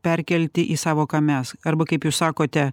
perkelti į savoką mes arba kaip jūs sakote